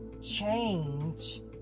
change